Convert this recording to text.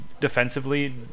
defensively